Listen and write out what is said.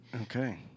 Okay